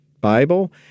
Bible